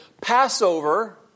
Passover